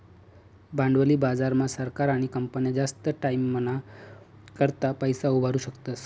भांडवली बाजार मा सरकार आणि कंपन्या जास्त टाईमना करता पैसा उभारु शकतस